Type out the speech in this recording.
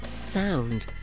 sound